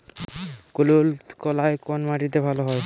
কুলত্থ কলাই কোন মাটিতে ভালো হয়?